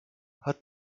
hat